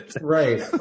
Right